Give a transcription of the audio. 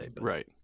Right